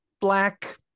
black